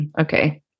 okay